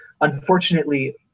unfortunately